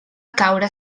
caure